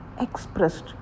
expressed